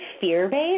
fear-based